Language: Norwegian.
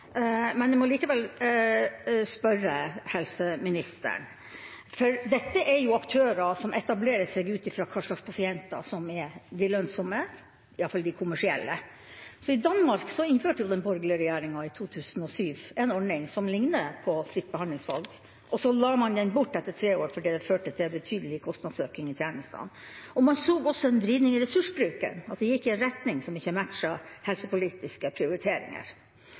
Men dette er aktører som etablerer seg ut fra hva slags pasienter som er de lønnsomme, i alle fall de kommersielle. I Danmark innførte den borgerlige regjeringa i 2007 en ordning som ligner på fritt behandlingsvalg, og så la man den bort etter tre år fordi den førte til en betydelig kostnadsøkning i tjenestene. Man så også en vridning av ressursbruken, at det gikk i en retning som ikke matchet helsepolitiske prioriteringer.